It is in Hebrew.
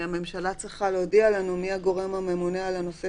שהממשלה צריכה להודיע לנו מי הגורם הממונה על הנושא